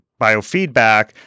biofeedback